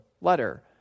letter